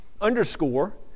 underscore